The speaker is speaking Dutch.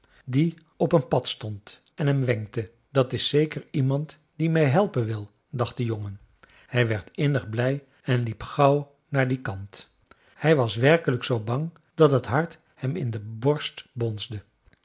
die op een pad stond en hem wenkte dat is zeker iemand die mij helpen wil dacht de jongen hij werd innig blij en liep gauw naar dien kant hij was werkelijk zoo bang dat het hart hem in de borst bonsde